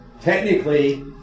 technically